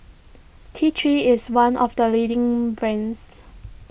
T three is one of the leading brands